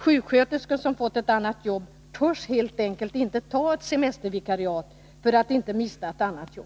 Sjuksköterskor som har fått ett annat jobb törs helt enkelt inte ta ett semestervikariat för att inte missa det jobb de har.